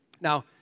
Now